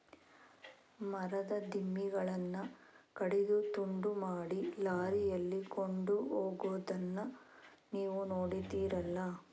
ಮರದ ದಿಮ್ಮಿಗಳನ್ನ ಕಡಿದು ತುಂಡು ಮಾಡಿ ಲಾರಿಯಲ್ಲಿ ಕೊಂಡೋಗುದನ್ನ ನೀವು ನೋಡಿದ್ದೀರಲ್ಲ